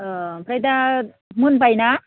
ओह आमफ्राय दा मोनबाय ना